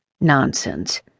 Nonsense